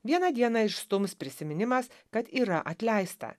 vieną dieną išstums prisiminimas kad yra atleista